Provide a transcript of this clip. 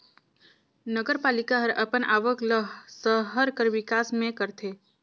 नगरपालिका हर अपन आवक ल सहर कर बिकास में करथे